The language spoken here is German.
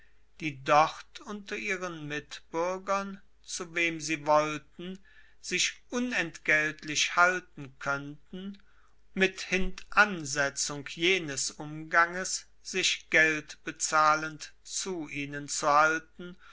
die dort unter ihren mitbürgern zu wem sie wollten sich unentgeltlich halten könnten mit hintansetzung jenes umganges sich geld bezahlend zu ihnen zu halten